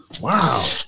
Wow